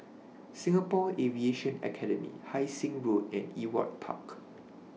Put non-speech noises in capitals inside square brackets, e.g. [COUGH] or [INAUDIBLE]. [NOISE] Singapore Aviation Academy Hai Sing Road and Ewart Park